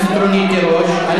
מה היא עשתה?